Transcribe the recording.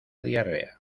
diarrea